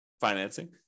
financing